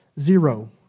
Zero